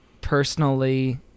personally